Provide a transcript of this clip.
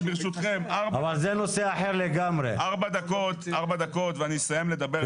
ברשותכם, ארבע דקות ואני אסיים לדבר.